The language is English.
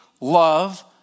love